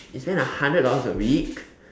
you spend a hundred dollars a week